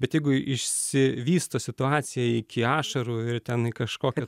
bet jeigu išsivysto situacija iki ašarų ir ten į kažkokią